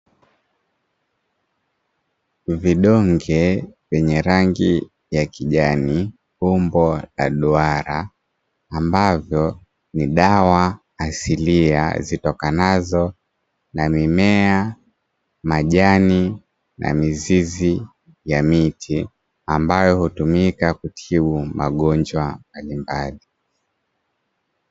Vidonge vyenye rangi ya kijani, umbo la duara ambavyo ni dawa asilia zitokanazo na mimea majani na mizizi ya miti, ambayo hutumika kutibu magonjwa mbalimbali.